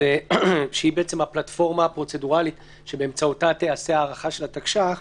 שהיא הפלטפורמה הפרוצדורלית שבאמצעותה תיעשה ההארכה של התקש"ח.